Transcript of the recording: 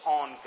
on